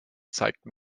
zeigten